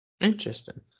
Interesting